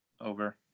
Over